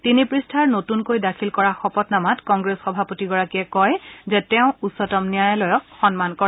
তিনি পৃষ্ঠাৰ নতূনকৈ দাখিল কৰা শপতনামাত কংগ্ৰেছ সভাপতিগৰাকীয়ে কয় যে তেওঁ উচ্চতম ন্যায়ালয়ক সন্মান কৰে